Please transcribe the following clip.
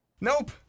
Nope